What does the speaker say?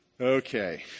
Okay